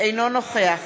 אינו נוכח